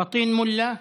פטין מולא.